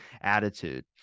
attitude